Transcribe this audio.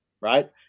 right